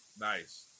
Nice